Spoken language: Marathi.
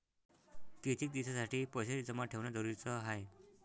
कितीक दिसासाठी पैसे जमा ठेवणं जरुरीच हाय?